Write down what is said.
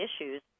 issues